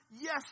yes